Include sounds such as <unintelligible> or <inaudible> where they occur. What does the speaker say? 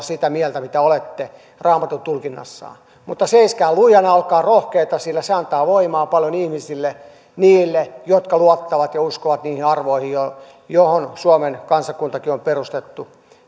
<unintelligible> sitä mieltä mitä olette raamatun tulkinnassa mutta seiskää lujana olkaa rohkeita sillä se antaa paljon voimaa ihmisille niille jotka luottavat ja uskovat niihin arvoihin joille suomen kansakuntakin on perustettu